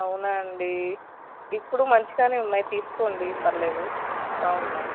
అవునా అండి ఇప్పుడు మంచిగానే ఉన్నాయి తీసుకోండి పర్లేదు బాగున్నాయి